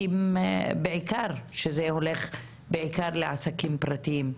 בעיקר שזה הולך בעיקר לעסקים פרטיים.